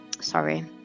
sorry